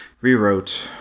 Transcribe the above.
rewrote